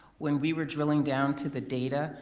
when we were drilling down to the data,